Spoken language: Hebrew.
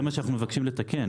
זה מה שאנחנו מבקשים לתקן.